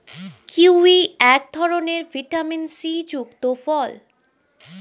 kiwi এক ধরনের vitamin C যুক্ত ফল